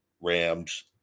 Rams